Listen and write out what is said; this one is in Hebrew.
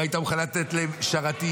לא הייתה מוכנה לתת להם שרתים,